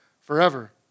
forever